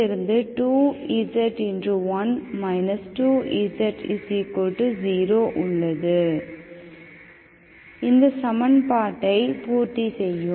1 2z 0 உள்ளதுஇந்த சமன்பாடை பூர்த்தி செய்யும்